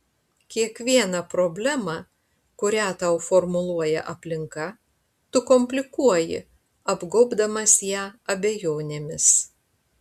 kiekvieną problemą kurią tau formuluoja aplinka tu komplikuoji apgobdamas ją abejonėmis